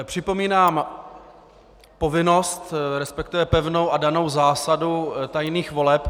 Připomínám povinnost, resp. pevnou a danou zásadu tajných voleb.